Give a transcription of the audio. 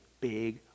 big